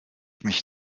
ich